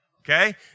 okay